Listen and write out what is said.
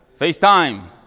FaceTime